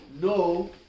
no